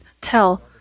tell